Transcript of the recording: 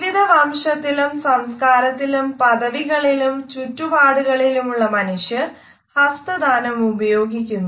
വിവിധ വംശത്തിലും സംസ്കാരത്തിലും പദവികളിലും ചുറ്റുപാടുകളിലുമുള്ള മനുഷ്യർ ഹസ്തദാനം ഉപയോഗിക്കുന്നു